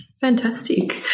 Fantastic